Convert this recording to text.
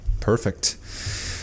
Perfect